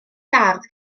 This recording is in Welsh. gardd